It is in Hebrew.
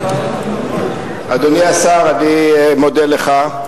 אדוני השר, אני מודה לך.